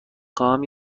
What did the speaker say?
خواهم